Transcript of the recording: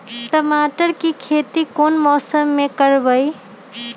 टमाटर की खेती कौन मौसम में करवाई?